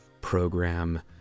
program